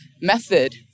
method